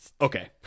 Okay